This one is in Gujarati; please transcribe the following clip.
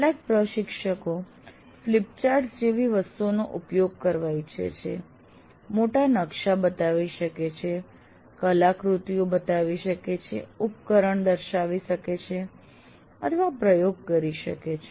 કેટલાક પ્રશિક્ષકો ફ્લિપચાર્ટ્સ જેવી વસ્તુઓનો ઉપયોગ કરવા ઈચ્છે છે મોટા નકશા બતાવી શકે છે કલાકૃતિઓ બતાવી શકે છે ઉપકરણ દર્શાવી શકે છે અથવા પ્રયોગ કરી શકે છે